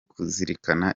kuzirikana